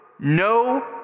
No